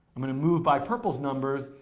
i'm going to move by purple's numbers,